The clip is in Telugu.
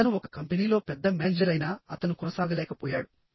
అతను ఒక కంపెనీలో పెద్ద మేనేజర్ అయినాఅతను కొనసాగలేకపోయాడు